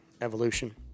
Evolution